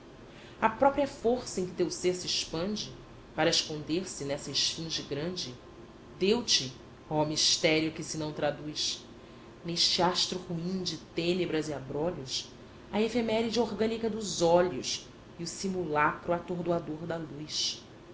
a própria força em que teu ser se expande para esconder-se nessa esfinge grande deu te oh mistério que se não traduz neste astro ruim de tênebras e abrolhos a efeméride orgânica dos olhos e o simulacro atordoador da luz